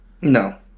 No